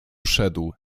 szedł